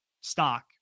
stock